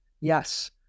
Yes